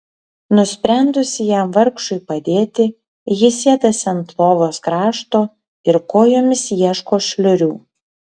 nusprendusi jam vargšui padėti ji sėdasi ant lovos krašto ir kojomis ieško šliurių